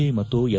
I ಮತ್ತು L